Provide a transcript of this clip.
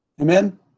Amen